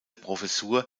professur